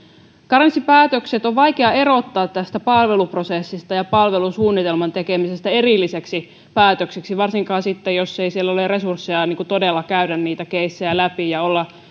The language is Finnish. karenssipäätökset on vaikea erottaa tästä palveluprosessista ja palvelusuunnitelman tekemisestä erillisiksi päätöksiksi varsinkin sitten jos ei siellä ole resursseja todella käydä niitä keissejä läpi ja olla